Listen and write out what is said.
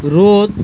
রোদ